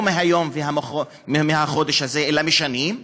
לא מהיום ומהחודש הזה, אלא שנים,